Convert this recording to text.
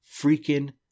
freaking